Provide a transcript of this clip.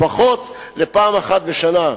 לפחות לפעם אחת בשנה?